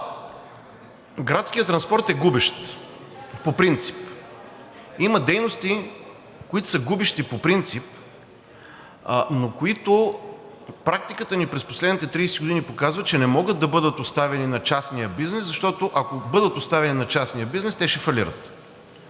Градският транспорт е губещ по принцип. Има дейности, които са губещи по принцип, но които практиката ни през последните 30 години показва, че не могат да бъдат оставени на частния бизнес, защото, ако бъдат оставени на частния бизнес, те ще фалират,